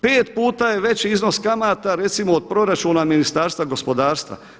5 puta je veći iznos kamata recimo od proračuna Ministarstva gospodarstva.